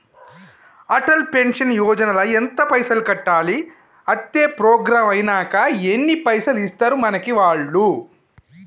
Atal pension Yojana ల ఎంత పైసల్ కట్టాలి? అత్తే ప్రోగ్రాం ఐనాక ఎన్ని పైసల్ ఇస్తరు మనకి వాళ్లు?